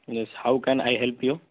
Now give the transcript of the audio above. yes how can I help you